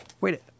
Wait